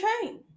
train